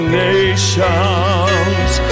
nations